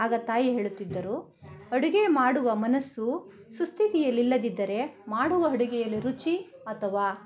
ಆಗ ತಾಯಿ ಹೇಳುತ್ತಿದ್ದರು ಅಡುಗೆ ಮಾಡುವ ಮನಸ್ಸು ಸುಸ್ಥಿತಿಯಲ್ಲಿಲ್ಲದಿದ್ದರೆ ಮಾಡುವ ಅಡುಗೆಯಲ್ಲಿ ರುಚಿ ಅಥವಾ